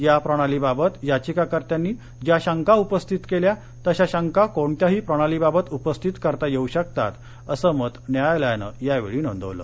या प्रणाली बाबत याचिकाकर्त्यांनी ज्या शंका उपस्थित केल्या तशा शंका कोणत्याही प्रणाली बाबत उस्थित करता येऊ शकतात असं मत न्यायालयानं यावेळी नोंदवलं